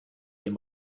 dem